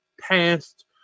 past